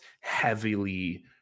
heavily